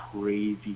crazy